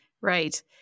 Right